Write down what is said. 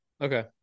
Okay